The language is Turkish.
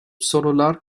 sorular